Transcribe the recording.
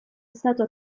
stato